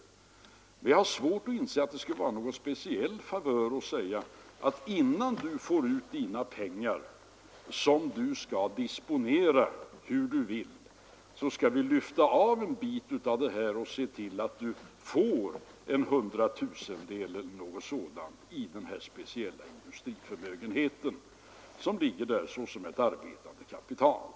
Men jag har svårt att inse att det skulle vara någon speciell favör att säga: Innan du får ut dina pengar, som du skall disponera hur du vill, skall du lyfta av en bit av summan och se till att du får en hundratusendel av den här speciella industriförmögenheten som ligger där som ett arbetande kapital.